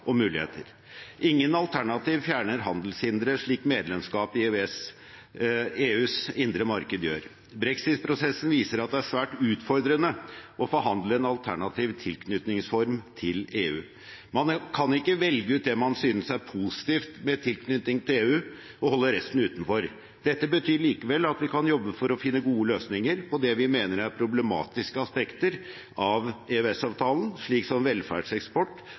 og muligheter. Ingen alternativ fjerner handelshindre, slik medlemskap i EUs indre marked gjør. Brexit-prosessen viser at det er svært utfordrende å forhandle en alternativ tilknytningsform til EU. Man kan ikke velge ut det man synes er positivt med tilknytningen til EU, og holde resten utenfor. Dette betyr likevel at vi kan jobbe for å finne gode løsninger på det vi mener er problematiske aspekter av EØS-avtalen, slik som velferdseksport